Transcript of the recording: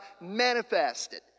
manifested